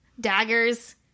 daggers